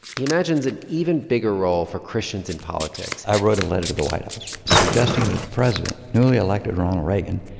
he imagines an even bigger role for christians in politics i wrote a letter to the white house suggesting to the president, newly elected ronald reagan,